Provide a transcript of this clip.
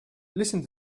listen